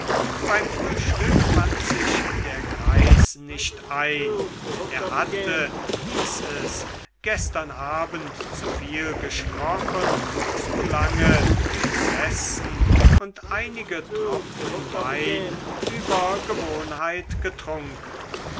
beim frühstück fand sich der greis nicht ein er hatte hieß es gestern abend zu viel gesprochen zu lange gesessen und einige tropfen wein über gewohnheit getrunken